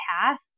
path